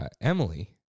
Emily